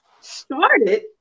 started